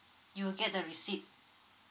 you will get the receipt